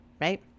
right